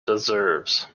deserves